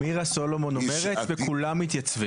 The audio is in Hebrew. מירה סלומון אומרת, וכולם מתייצבים.